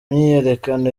myiyerekano